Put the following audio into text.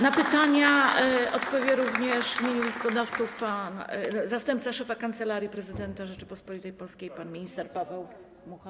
Na pytania odpowie również w imieniu wnioskodawców zastępca szefa Kancelarii Prezydenta Rzeczypospolitej Polskiej pan minister Paweł Mucha.